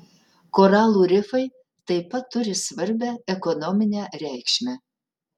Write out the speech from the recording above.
koralų rifai taip pat turi svarbią ekonominę reikšmę